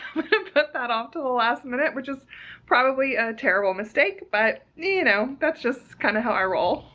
i'm gonna put that off to the last minute which is probably a terrible mistake but you know that's just kind of how i roll